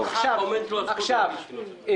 עכשיו,